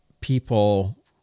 people